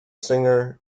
singer